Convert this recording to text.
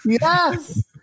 Yes